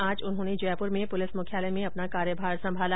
आज उन्होंने जय्पर में पुलिस मुख्यालय में अपना कार्यभार संभाला